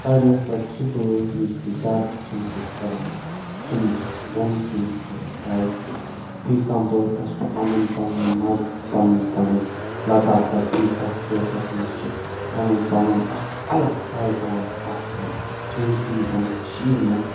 ساروٕیو کھۄتہٕ سُہ بٲتھ یُس بہٕ زیادٕ پسند چھُس کران چھُنہٕ ممکِن کیٚنہہ کیازِ کہِ فی کانٛہہ بٲتھس چھُ پنُن پنُن مزٕ تہٕ پنُن پنُن لطافت فی کانٛہہ بٲتھس منٛز چھُ پنُن پنُن اکھ الگ پیغام آسان ییٚمہِ کِنۍ زنہٕ کٔشیٖرِ منٛز